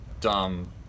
dumb